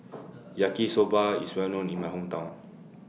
Yaki Soba IS Well known in My Hometown